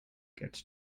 gets